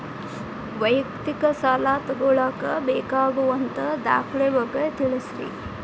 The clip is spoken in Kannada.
ವೈಯಕ್ತಿಕ ಸಾಲ ತಗೋಳಾಕ ಬೇಕಾಗುವಂಥ ದಾಖಲೆಗಳ ಬಗ್ಗೆ ತಿಳಸ್ರಿ